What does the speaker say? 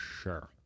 sure